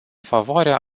favoarea